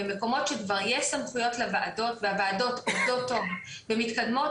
במקומות שכבר יש סמכויות לוועדות והוועדות עובדות טוב ומתקדמות,